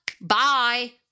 Bye